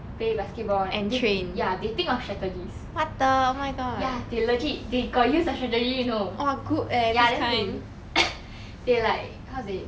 play basketball ya they think of strategies ya they legit they got use their strategy you know ya then they like how to say